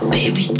Baby